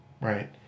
right